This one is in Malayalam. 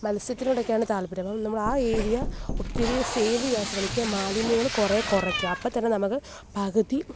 മത്സ്യത്തിനോടൊക്കെയാണ് താത്പര്യം അപ്പം നമ്മള് ആ ഏരിയ ഒത്തിരി സേവ് ചെയ്യാന് ശ്രമിക്കുക മാലിന്യങ്ങള് കുറേ കുറയ്ക്കുക അപ്പം തന്നെ നമുക്ക് പകുതി